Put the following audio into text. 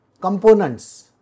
components